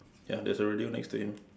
ya there's a radio next to him